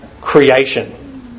creation